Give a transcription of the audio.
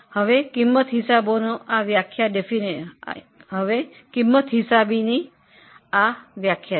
આ પડતર હિસાબીકરણની વ્યાખ્યા છે